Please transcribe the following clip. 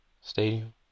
stadium